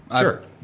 sure